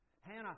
Hannah